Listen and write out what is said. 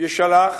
ישלח